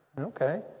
Okay